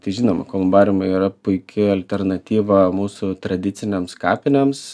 tai žinoma kolumbariumai yra puiki alternatyva mūsų tradicinėms kapinėms